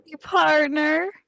partner